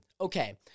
Okay